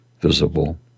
visible